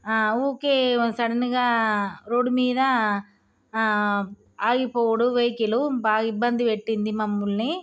ఊరికే సడన్గా రోడ్డు మీద ఆగిపోవుడు వెహికల్ బాగా ఇబ్బంది పెట్టింది మమల్ని